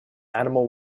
animal